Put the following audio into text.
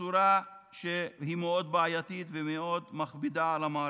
בצורה שמאוד בעייתית ומאוד מכבידה על המערכת,